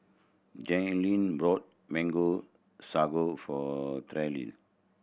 Jerrilyn brought Mango Sago for Terell